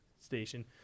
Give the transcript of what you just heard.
station